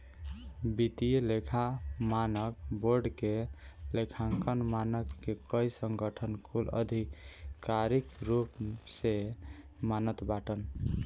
वित्तीय लेखा मानक बोर्ड के लेखांकन मानक के कई संगठन कुल आधिकारिक रूप से मानत बाटन